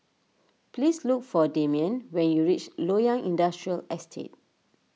please look for Demian when you reach Loyang Industrial Estate